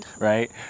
right